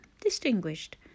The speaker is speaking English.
distinguished